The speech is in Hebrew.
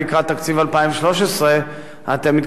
מתכוונים להתמודד עם הנושא הזה ביתר שאת,